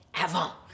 avant